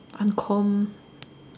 uncommon